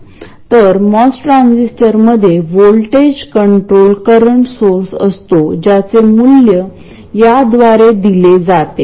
हे M1 आहे म्हणून येथे आवश्यक वैशिष्ट्य म्हणजे ड्रेन हे बायसिंगसाठी गेटशी जोडलेले आहे